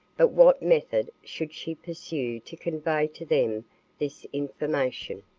but what method should she pursue to convey to them this information?